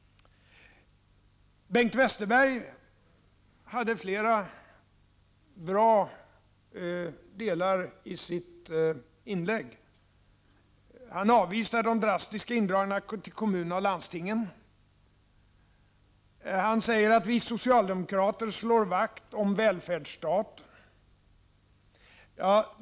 Bengt Westerberg hade flera bra avsnitt i sitt inlägg. Han avvisar de drastiska indragningarna i kommunerna och landstingen. Han säger att vi socialdemokrater slår vakt om välfärdsstaten.